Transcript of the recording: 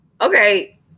Okay